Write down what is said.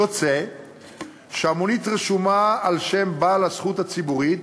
יוצא שהמונית רשומה על שם בעל הזכות הציבורית